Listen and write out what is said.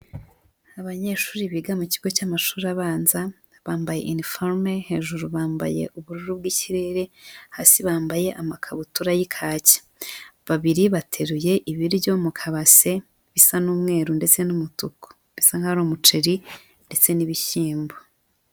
Abanyeshuri biga mu kigo cy'amashuri abanza, bambaye iniforume, hejuru bambaye ubururu bw'ikirere, hasi bambaye amakabutura y'ikaki. Babiri bateruye ibiryo mu kabase, bisa n'umweru ndetse n'umutuku, bisa nkaho ari umuceri ndetse n'ibishyimbo.